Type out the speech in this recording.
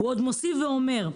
הוא עוד מוסיף ואומר: